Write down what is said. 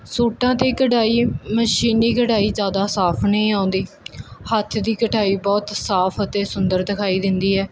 ਸੂਟਾਂ 'ਤੇ ਕਢਾਈ ਮਸ਼ੀਨੀ ਕਢਾਈ ਜ਼ਿਆਦਾ ਸਾਫ ਨਹੀਂ ਆਉਂਦੀ ਹੱਥ ਦੀ ਕਢਾਈ ਬਹੁਤ ਸਾਫ ਅਤੇ ਸੁੰਦਰ ਦਿਖਾਈ ਦਿੰਦੀ ਹੈ